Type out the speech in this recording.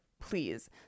please